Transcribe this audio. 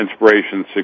inspiration